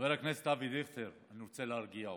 חבר הכנסת אבי דיכטר, אני רוצה להרגיע אותך,